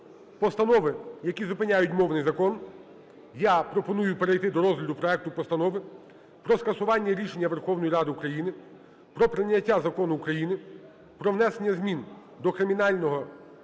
постанови, які зупиняють мовний закон, я пропоную перейти до розгляду проекту Постанови про скасування рішення Верховної Ради України про прийняття Закону України "Про внесення змін до Кримінального та